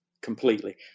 completely